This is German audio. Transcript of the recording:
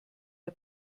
der